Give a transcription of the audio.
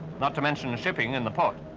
not to mention shipping in the port.